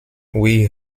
oui